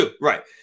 Right